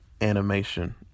animation